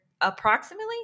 approximately